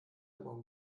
morgen